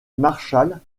marshall